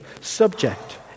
subject